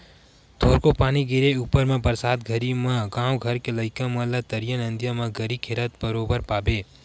थोरको पानी के गिरे ऊपर म बरसात घरी म गाँव घर के लइका मन ला तरिया नदिया म गरी खेलत बरोबर पाबे